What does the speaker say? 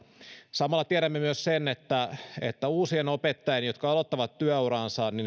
samalla tiedämme myös sen että että uudet opettajat jotka aloittavat työuransa